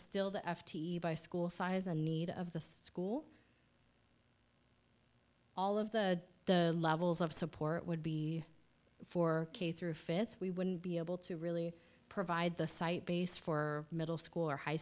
still the f t by school size and need of the school all of the the levels of support would be for k through fifth we wouldn't be able to really provide the site based for middle school or high